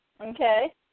Okay